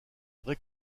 vrai